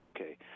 Okay